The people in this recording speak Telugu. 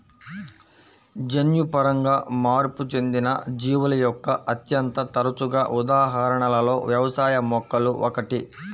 జన్యుపరంగా మార్పు చెందిన జీవుల యొక్క అత్యంత తరచుగా ఉదాహరణలలో వ్యవసాయ మొక్కలు ఒకటి